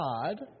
God